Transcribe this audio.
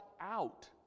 out